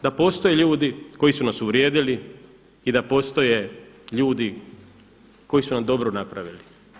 Da postoje ljudi koji su nas uvrijedili i da postoje ljudi koji su nam dobro napravili.